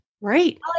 Right